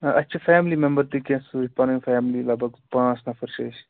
اَسہِ چھ family member تہِ کیٚنٛہہ سۭتۍ پنٕنۍ فیملی لگ بگ پانٛژھ نفر چھِ أسۍ